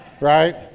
Right